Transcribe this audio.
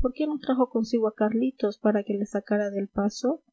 por qué no trajo consigo a carlitos para que le sacara del paso